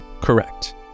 correct